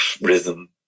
rhythm